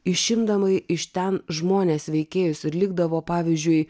išimdamai iš ten žmones veikėjus ir likdavo pavyzdžiui